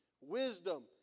wisdom